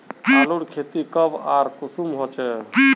आलूर खेती कब आर कुंसम होचे?